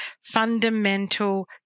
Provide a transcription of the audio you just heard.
fundamental